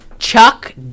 Chuck